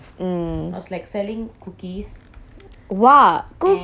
!wah! cookies oh my god